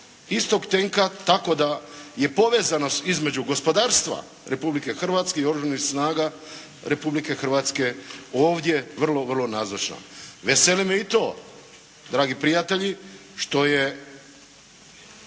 istog tenka tako da je povezanost između gospodarstva Republike Hrvatske i Oružanih snaga Republike Hrvatske ovdje vrlo vrlo nazočna. Veseli me i to dragi prijatelji što je